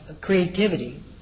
creativity